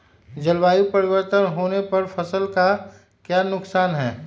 जलवायु परिवर्तन होने पर फसल का क्या नुकसान है?